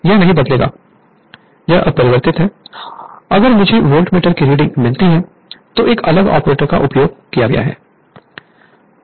यह नहीं बदलेगा यह अपरिवर्तित है अगर मुझे वोल्ट मीटर की रीडिंग मिलती है तो एक अलग ऑपरेटर का उपयोग किया गया है